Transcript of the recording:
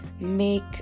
make